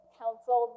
council